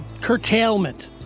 curtailment